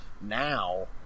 now